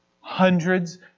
hundreds